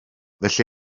felly